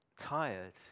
tired